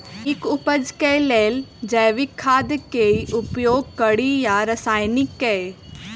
नीक उपज केँ लेल जैविक खाद केँ उपयोग कड़ी या रासायनिक केँ?